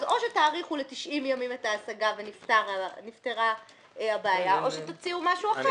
אז או שתאריכו ל-90 ימים את ההשגה ונפתרה הבעיה או שתציעו משהו אחר.